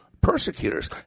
persecutors